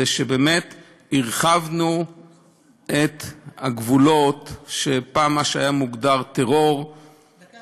זה שבאמת הרחבנו את הגבולות של מה שהיה מוגדר "טרור" פעם,